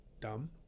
dumb